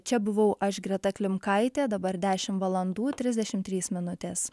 čia buvau aš greta klimkaitė dabar dešimt valandų trisdešimt trys minutės